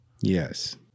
Yes